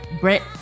Brett